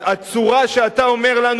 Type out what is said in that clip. הצורה שאתה אומר לנו,